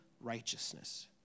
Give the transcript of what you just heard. righteousness